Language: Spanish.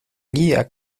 guía